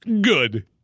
good